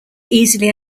easily